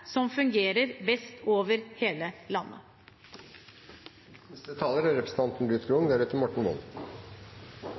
som fungerer best over hele landet.